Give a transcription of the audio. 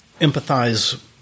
empathize